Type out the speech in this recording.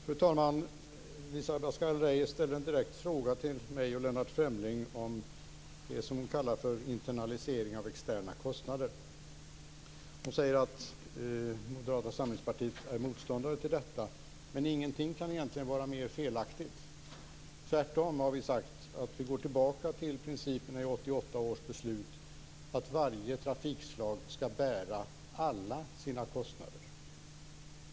Fru talman! Elisa Abascal Reyes ställer en direkt fråga till mig och Lennart Fremling om det som hon kallar för internalisering av externa kostnader. Hon säger att Moderata samlingspartiet är motståndare till detta. Ingenting kan egentligen vara mer felaktigt. Tvärtom har vi sagt att vi går tillbaka till principerna i 1988 års beslut att varje trafikslag skall bära alla sina kostnader.